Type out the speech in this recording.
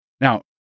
Now